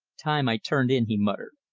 time i turned in, he muttered.